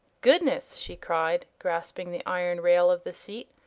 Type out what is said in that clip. goodness! she cried, grasping the iron rail of the seat.